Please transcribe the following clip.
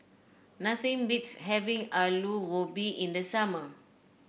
nothing beats having Alu Gobi in the summer